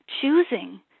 choosing